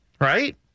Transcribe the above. Right